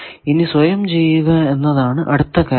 ഇനി സ്വയം ചെയ്യുക എന്നതാണ് അടുത്ത കാര്യം